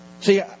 See